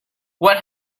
what